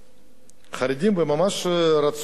חרדים שממש רצו להקים שם